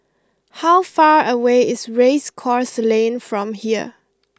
how far away is Race Course Lane from here